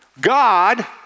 God